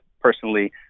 personally